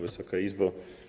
Wysoka Izbo!